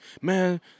Man